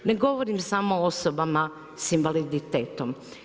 Ne govorim samo o osobama s invaliditetom.